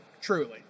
Truly